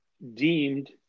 Deemed